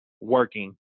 working